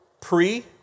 pre